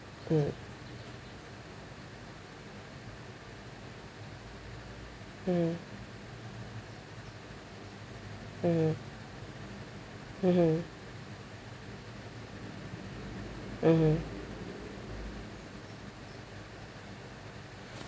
mm mm mmhmm mmhmm mmhmm